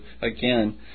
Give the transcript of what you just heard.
again